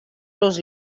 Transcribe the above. los